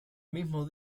mismo